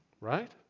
right